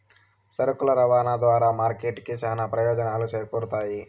సరుకుల రవాణా ద్వారా మార్కెట్ కి చానా ప్రయోజనాలు చేకూరుతాయి